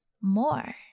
more